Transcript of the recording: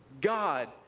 God